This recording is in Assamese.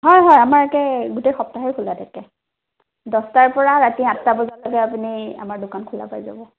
হয় হয় আমাৰ ইয়াতে গোটেই সপ্তাহেই খোলা থাকে দহটাৰ পৰা ৰাতি আঠটা বজালৈকে আপুনি আমাৰ দোকান খোলা পাই যাব